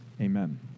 amen